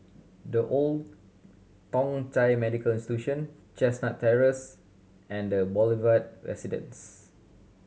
The Old Thong Chai Medical Institution Chestnut Terrace and The Boulevard Residence